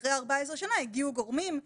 אחרי ארבע עשרה שנה הגיעו גורמים,